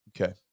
Okay